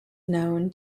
known